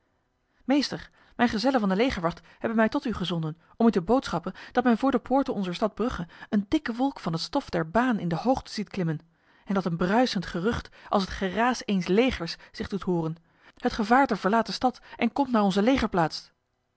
meester mijn gezellen van de legerwacht hebben mij tot u gezonden om u te boodschappen dat men voor de poort onzer stad brugge een dikke wolk van het stof der baan in de hoogte ziet klimmen en dat een bruisend gerucht als het geraas eens legers zich doet horen het gevaarte verlaat de stad en komt naar onze